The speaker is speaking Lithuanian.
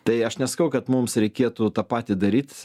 tai aš nesakau kad mums reikėtų tą patį daryt